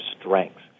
strengths